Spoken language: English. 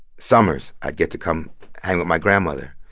summers, i get to come home with my grandmother.